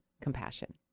compassion